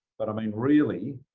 but, i mean, really,